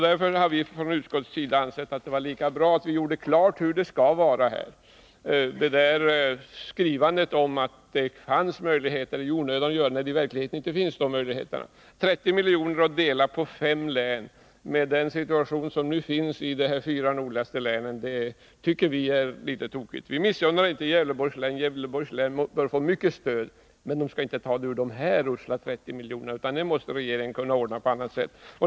Därför har utskottsmajoriteten ansett att det är lika bra att göra klart hur det skall vara. Det var fel att säga att det fanns möjligheter, då det i verkligheten inte gjorde det. Att fördela 30 milj.kr. på fem län tycker vi är litet tokigt med tanke på situationen i de fyra nordligaste länen. Vi missunnar inte Gävleborgs län några medel. Länet bör få mycket stöd, men det bör inte tas ur de här usla 30 miljonerna. Regeringen måste kunna ordna detta på annat sätt.